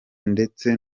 ndetse